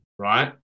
right